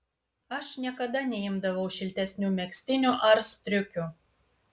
aš niekada neimdavau šiltesnių megztinių ar striukių